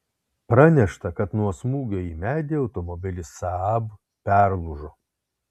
pranešta kad nuo smūgio į medį automobilis saab perlūžo